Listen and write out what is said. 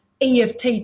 eft